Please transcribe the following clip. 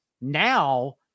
now